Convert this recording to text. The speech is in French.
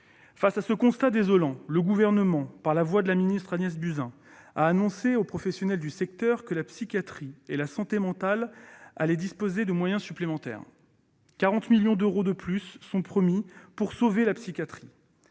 Face à ce constat désolant, le Gouvernement, par la voix de la ministre Agnès Buzyn, a annoncé aux professionnels du secteur que la psychiatrie et la santé mentale allaient disposer de moyens supplémentaires : 40 millions d'euros de plus sont ainsi promis pour « sauver la psychiatrie